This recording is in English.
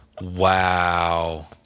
wow